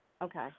Okay